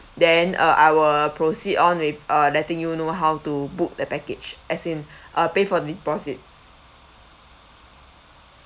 then uh I will proceed on with uh letting you know how to book the package as in uh pay for deposit